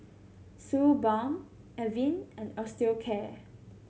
Suu Balm Avene and Osteocare